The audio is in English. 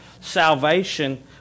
salvation